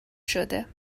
شده